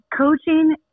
coaching